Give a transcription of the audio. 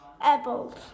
Apples